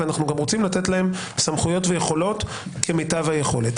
ואנחנו גם רוצים לתת להם סמכויות ויכולות כמיטב היכולת.